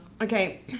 Okay